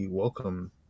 Welcome